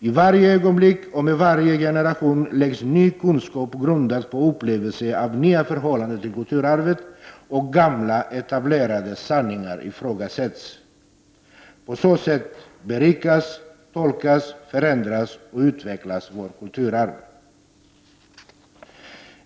I varje ögonblick och med varje generation läggs ny kunskap grundad på upplevelser av nya förhållanden till kulturarvet, och gamla etablerade sanningar ifrågasätts. På så sätt berikas, tolkas, förändras och utvecklas vårt kulturarv.